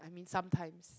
I mean sometimes